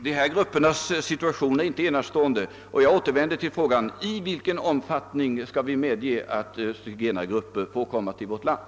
Herr talman! Dessa gruppers situation är inte enastående, och jag åter vänder till frågan: I vilken omfattning skall vi medge att zigenargrupper får komma till vårt land?